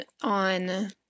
on